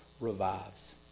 revives